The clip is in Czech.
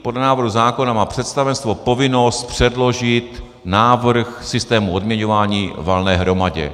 Podle návrhu zákona má představenstvo povinnost předložit návrh systému odměňování valné hromadě.